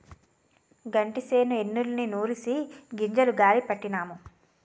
గంటిసేను ఎన్నుల్ని నూరిసి గింజలు గాలీ పట్టినాము